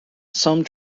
some